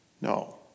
No